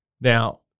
Now